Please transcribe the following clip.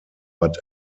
bad